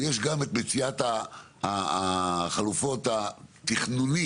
ויש גם את מציאת החלופות התכנוני,